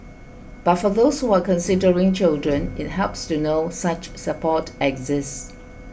but for those who are considering children it helps to know such support exists